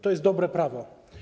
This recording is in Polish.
To jest dobre prawo.